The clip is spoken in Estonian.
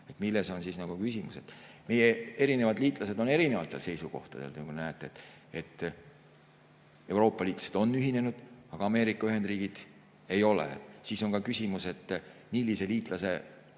et milles on siis küsimus. Meie liitlased on erinevatel seisukohtadel, nagu te näete. Euroopa‑liitlased on ühinenud, aga Ameerika Ühendriigid ei ole. Siis on ka küsimus, millise liitlase